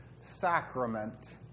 sacrament